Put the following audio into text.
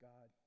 God